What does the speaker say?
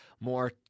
more